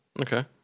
Okay